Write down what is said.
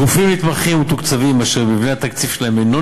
גופים נתמכים ומתוקצבים אשר מבנה התקציב שלהם אינו